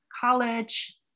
college